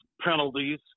penalties